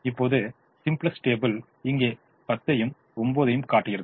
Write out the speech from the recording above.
இப்போது simplex table இங்கே 10 ஐயும் 9 ஐயும் காட்டுகிறது